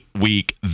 week